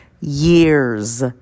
years